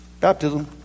Baptism